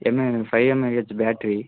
MA five mAh battery